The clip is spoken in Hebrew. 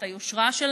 את היושרה שלהם,